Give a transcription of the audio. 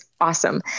awesome